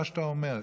מה שאתה אומר,